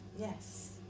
Yes